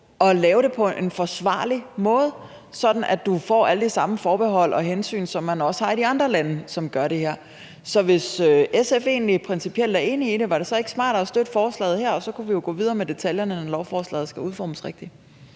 at lave det på en forsvarlig måde, sådan at du får alle de samme forbehold og hensyn, som man også har i de andre lande, som gør det her. Så hvis SF egentlig principielt er enig i det, var det så ikke smartere at støtte forslaget her? Og så kunne vi jo gå videre med detaljerne, når lovforslaget skal udformes.